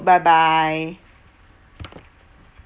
bye bye